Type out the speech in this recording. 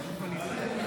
אלהואשלה.